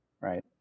right